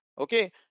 okay